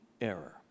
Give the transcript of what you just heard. error